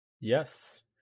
Yes